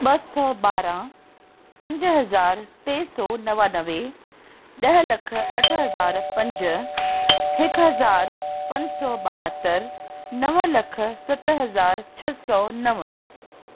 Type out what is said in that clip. ॿ सौ ॿारहं पंज हज़ार टे सौ नवानवे ॾह लख अठ हज़ार पंज हिक हज़ार पंज सौ ॿहतरि नव लख सत हज़ार छह सौ नव